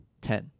Ten